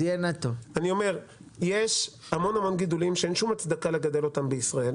אני אומר יש המון המון גידולים שאין שום הצדקה לגדל אותם בישראל,